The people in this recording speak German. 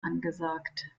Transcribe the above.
angesagt